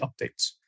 updates